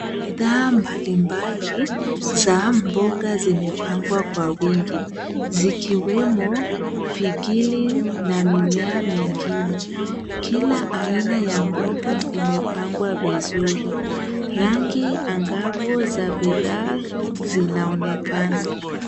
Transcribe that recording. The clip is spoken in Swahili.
Bidhaa mbalimbali za mboga zimepangwa kwa wingi, zikiwemo vikili na mimea mwingine. Kila aina ya mboga imepangwa vizuri. Rangi angavu za bidhaa zinaonekana.